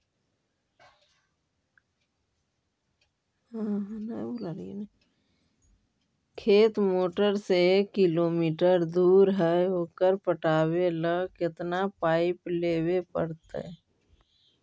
खेत मोटर से एक किलोमीटर दूर है ओकर पटाबे ल केतना पाइप लेबे पड़तै?